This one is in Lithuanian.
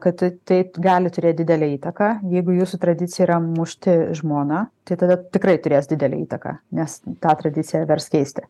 kad ta tai gali turėt didelę įtaką jeigu jūsų tradicija yra mušti žmoną tai tada tikrai turės didelę įtaką nes tą tradiciją vers keisti